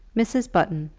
mrs. button,